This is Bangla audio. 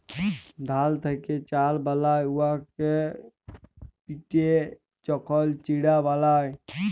ধাল থ্যাকে চাল বালায় উয়াকে পিটে যখল চিড়া বালায়